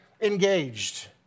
engaged